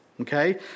okay